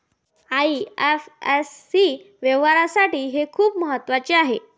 IFSC व्यवहारासाठी हे खूप महत्वाचे आहे